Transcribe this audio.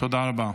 תודה רבה.